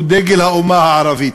הוא דגל האומה הערבית.